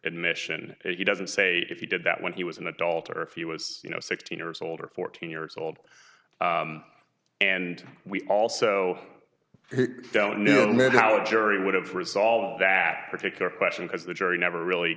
admission that he doesn't say if he did that when he was an adult or if he was you know sixteen years old or fourteen years old and we also don't know how the jury would have to resolve that particular question because the jury never really